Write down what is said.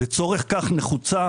לצורך כך נחוצה,